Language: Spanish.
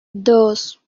dos